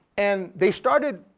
and they started